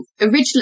originally